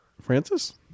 Francis